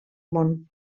món